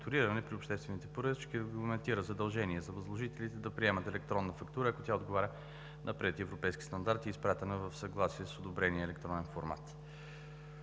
при обществените поръчки регламентира задължение за възложителите да приемат електронна фактура, ако тя отговаря на приетия европейски стандарт и е изпратена в съгласие с одобрения електронен формат.